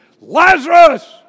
Lazarus